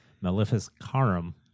Maleficarum